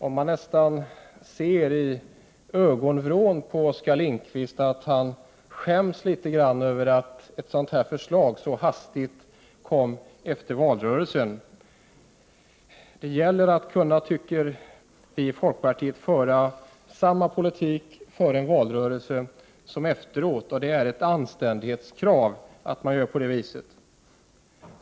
Man kan nästan se i ögonvrån på Oskar Lindkvist att han skäms litet grand över att ett sådant här förslag kom så hastigt efter valrörelsen. Vi i folkpartiet tycker att man skall kunna föra samma politik före valrörelsen som efter den. Det är ett anständighetskrav att man gör på det viset.